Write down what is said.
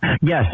yes